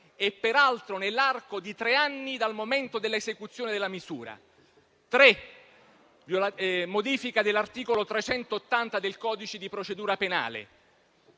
e peraltro nell'arco di tre anni dal momento dell'esecuzione della misura. Articolo 3, modifica dell'articolo 380 del codice di procedura penale: